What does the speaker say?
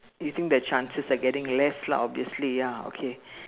you think the chances are getting less lah obviously ya okay